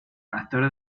actor